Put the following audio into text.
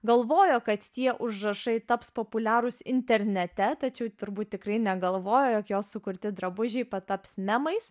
galvojo kad tie užrašai taps populiarūs internete tačiau turbūt tikrai negalvojo jog jos sukurti drabužiai pataps memais